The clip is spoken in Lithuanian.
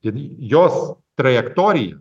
ir jos trajektoriją